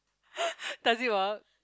does it work